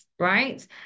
right